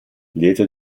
lieto